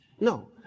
no